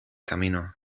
camino